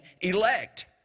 elect